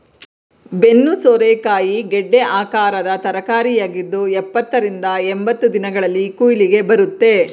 ಬೆನ್ನು ಸೋರೆಕಾಯಿ ಗೆಡ್ಡೆ ಆಕಾರದ ತರಕಾರಿಯಾಗಿದ್ದು ಎಪ್ಪತ್ತ ರಿಂದ ಎಂಬತ್ತು ದಿನಗಳಲ್ಲಿ ಕುಯ್ಲಿಗೆ ಬರುತ್ತೆ